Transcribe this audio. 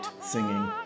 singing